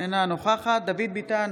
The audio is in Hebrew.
אינה נוכחת דוד ביטן,